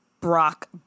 Brock